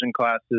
classes